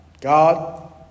God